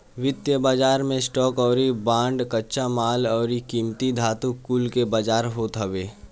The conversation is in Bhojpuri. वित्तीय बाजार मे स्टॉक अउरी बांड, कच्चा माल अउरी कीमती धातु कुल के बाजार होत हवे